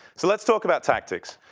so let's talk about tactics.